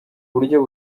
buryo